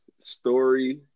story